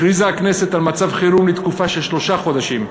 הכריזה הכנסת על מצב חירום לתקופה של שלושה חודשים,